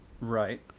right